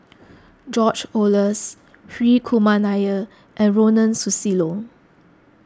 George Oehlers Hri Kumar Nair and Ronald Susilo